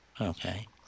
Okay